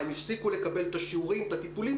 האם הם הפסיקו לקבל את השיעורים ואת הטיפולים?